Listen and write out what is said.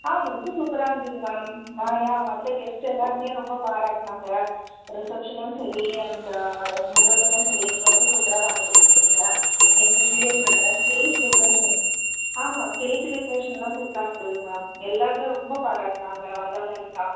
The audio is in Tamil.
ஆ ரொம்ப சூப்பராக இருந்தது மேம் ஆ யா வந்த கெஸ்ட்டு எல்லாேருமே ரொம்ப பாராட்டினாங்க ரிசெப்ஷனும் சரி அண்டு முகூர்த்தமும் சரி ரொம்ப சூப்பராக பண்ணி கொடுத்துருந்திங்க எஸ்பெஷலி உங்களோடய ஸ்டேஜ் டெக்ரேஷன் ஆமாம் ஸ்டேஜி டெக்ரேஷனெலாம் சூப்பராக இருந்தது மேம் எல்லாேருமே ரொம்ப பாராட்டினாங்க வந்தவங்க எல்லாம்